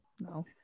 no